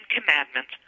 Commandments